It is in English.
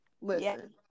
Listen